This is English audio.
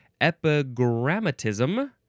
Epigrammatism